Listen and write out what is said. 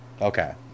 Okay